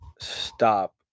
stop